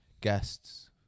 Guests